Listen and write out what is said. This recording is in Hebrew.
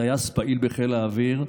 כטייס פעיל בחיל האוויר,